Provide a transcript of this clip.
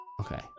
Okay